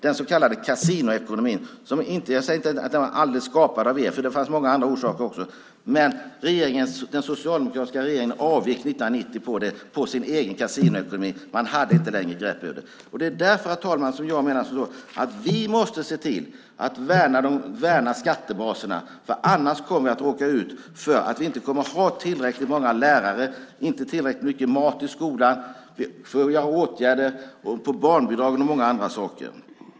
Jag säger inte att den var helt och hållet skapad av er, för det fanns många andra orsaker också, men den socialdemokratiska regeringen avgick 1990 på sin egen kasinoekonomi. Man hade inte längre grepp över den. Därför menar jag att vi måste se till att värna skattebaserna. Annars kommer vi att råka ut för att vi inte kommer att ha tillräckligt många lärare och inte tillräckligt mycket mat i skolan, det blir åtgärder på barnbidragen och mycket annat.